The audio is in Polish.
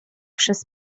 przez